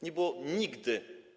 Nie było nigdy.